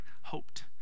hoped